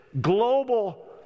global